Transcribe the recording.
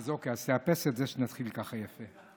אוקיי, אז תאפס את זה, שנתחיל ככה יפה.